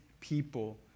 people